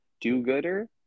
do-gooder